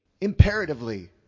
imperatively